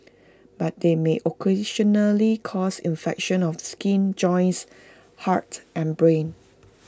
but they may occasionally cause infections of the skin joints heart and brain